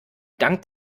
dank